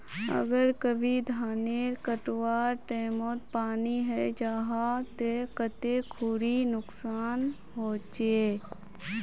अगर कभी धानेर कटवार टैमोत पानी है जहा ते कते खुरी नुकसान होचए?